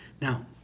now